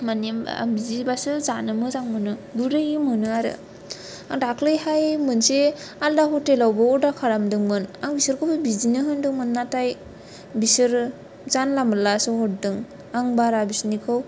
माने आं बिदिबासो जानो मोजां मोनो गुरै मोनो आरो आं दाखलैहाय मोनसे आलदा हटेलआवबो अर्डार खालामदोंमोन आं बिसोरखौबो बिदिनो होन्दोंमोन नाथाय आमफ्राय बिसोरो जानला मानलासो हरदों आं बारा बिसनिखौ